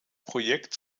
projekt